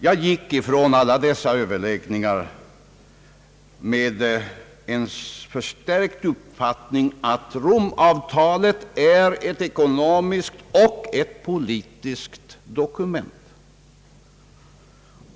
Jag gick från alla dessa överläggningar med en förstärkt uppfattning att Romavtalet är ett ekonomiskt och politiskt dokument.